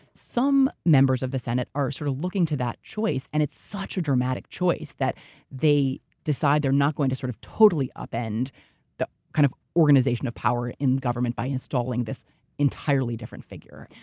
some members of the senate are sort of looking to that choice and it's such a dramatic choice that they decide they're not going to sort of totally upend the kind of organization of power in government by installing this entirely different figure.